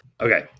Okay